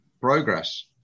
progress